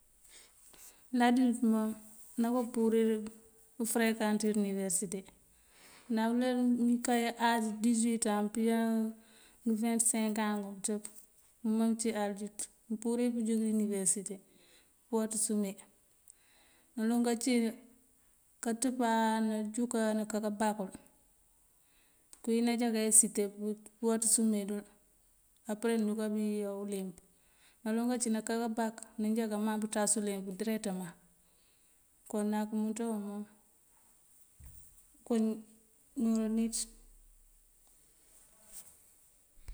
Najús mom; nako púrir fërekantir iniwerësite. Ndah më uleer wí mënkáwí áas disëwitan pëyá went seenkaŋ guŋpëţëp mëwúma mëncí asut mëmpúri pëjúk iniverësite pëwaţës ume. Naloŋ kací katëpáa najúkáa nëkaka bakul këwín najá kayá site pëwaţës ume dul apëre dúka biyá uleemp. Naloŋ kací naká kábak najá kayá pëţas uleemp direktëmaŋ konak umënţa wuŋ ko nooraniţ.